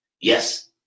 Yes